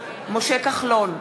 משה כחלון,